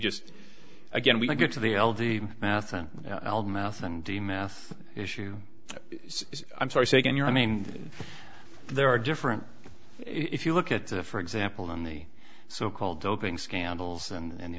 just again we didn't get to the l the math and mouth and the math issue i'm sorry say again you're i mean there are different if you look at the for example in the so called doping scandals and the